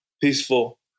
Peaceful